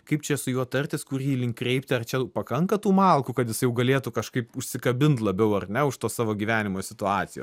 kaip čia su juo tartis kur jį link kreipti ar čia jau pakanka tų malkų kad jis jau galėtų kažkaip užsikabint labiau ar ne už to savo gyvenimo situacijos